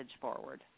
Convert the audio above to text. forward